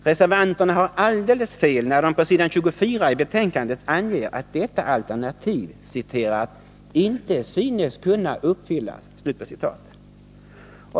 Reservanterna har alldeles fel när de på s. 24 i betänkandet anger att detta alternativ inte synes kunna uppfyllas.